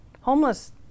homeless